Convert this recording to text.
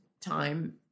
time